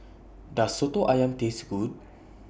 Does Soto Ayam Taste Good